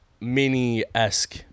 mini-esque